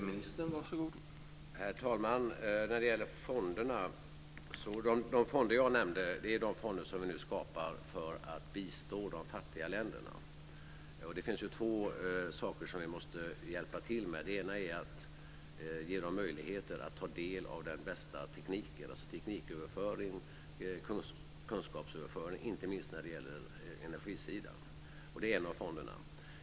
Herr talman! De fonder jag nämnde är de fonder som vi nu skapar för att bistå de fattiga länderna. Det finns två saker som vi måste hjälpa till med. Den ena är att ge dem möjligheter att ta del av den bästa tekniken, dvs. tekniköverföring och kunskapsöverföring, inte minst när det gäller energisidan. Det är en av fonderna.